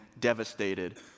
devastated